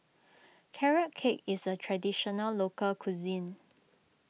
Carrot Cake is a Traditional Local Cuisine